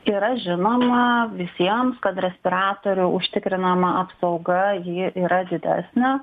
yra žinoma visiems kad respiratorių užtikrinama apsauga ji yra didesnė